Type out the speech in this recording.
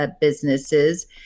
businesses